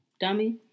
dummy